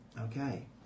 Okay